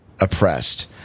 oppressed